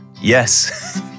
Yes